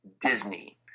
Disney